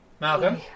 Malcolm